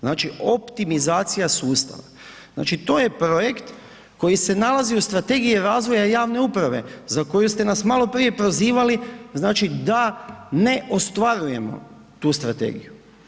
Znači, optimizacija sustava, znači to je projekt koji se nalazi u strategiji razvoja javne uprave za koju ste nas maloprije prozivali znači da ne ostvarujemo tu strategiju.